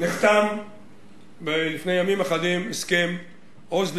נחתם לפני ימים אחדים הסכם "עוז לתמורה"